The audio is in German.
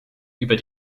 über